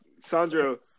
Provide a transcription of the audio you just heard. Sandro